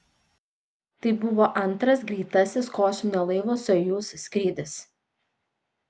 tai buvo antras greitasis kosminio laivo sojuz skrydis